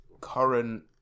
current